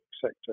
sector